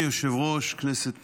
אדוני היושב-ראש, כנסת נכבדה,